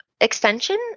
extension